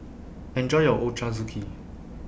Enjoy your Ochazuke